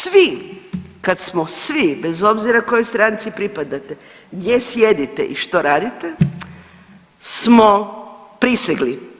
Svi kad smo svi, bez obzira kojoj stranci pripadate, gdje sjedite i što radite, smo prisegli.